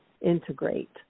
integrate